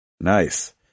nice